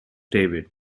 david